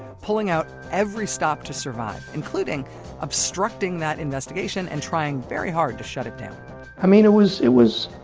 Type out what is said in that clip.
pulling out every stop to survive, including obstructing that investigation and trying very hard to shut it down i mean, it was, it was,